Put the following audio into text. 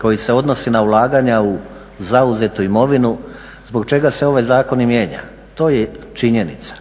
koji se odnosi na ulaganja u zauzetu imovinu zbog čega se ovaj zakon i mijenja. To je činjenica.